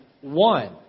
one